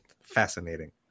Fascinating